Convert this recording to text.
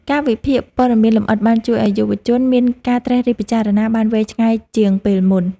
ការវិភាគព័ត៌មានលម្អិតបានជួយឱ្យយុវជនមានការត្រិះរិះពិចារណាបានវែងឆ្ងាយជាងពេលមុន។